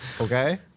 okay